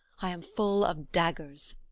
i am full of daggers.